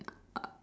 uh